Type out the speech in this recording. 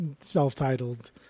self-titled